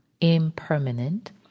impermanent